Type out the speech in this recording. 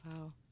Wow